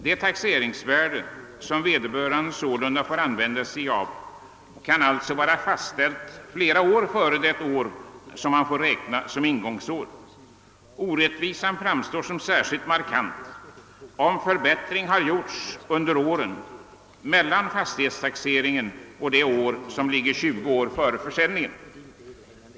Det taxeringsvärde som vederbörande sålunda får använda kan alltså vara fastställt flera år före det år som man får räkna såsom ingångsår. Orättvisan framstår som särskilt markant, om förbättring har gjorts under åren mellan fastighetstaxeringen och det år som ligger 20 år före försäljningen.